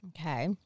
Okay